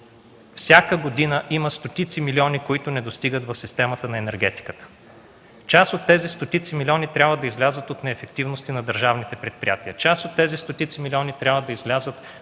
всяка година има стотици милиони, които не достигат в системата на енергетиката. Част от тези стотици милиони трябва да излязат от неефективности на държавните предприятия. Част от тези стотици милиони трябва да излязат